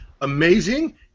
amazing